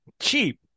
cheap